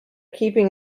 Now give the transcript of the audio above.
keeping